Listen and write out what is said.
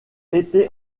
été